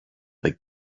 the